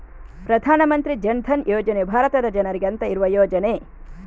ಪ್ರಧಾನ ಮಂತ್ರಿ ಜನ್ ಧನ್ ಯೋಜನೆಯು ಭಾರತದ ಜನರಿಗೆ ಅಂತ ಇರುವ ಯೋಜನೆ